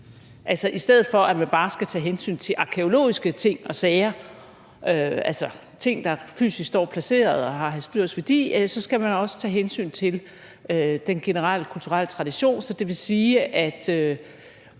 Altså, i stedet for at man bare skal tage hensyn til arkæologiske ting og sager – ting, der fysisk står placeret og har historisk værdi – skal man også tage hensyn til den generelle kulturelle tradition. Så det vil sige, at